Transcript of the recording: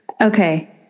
Okay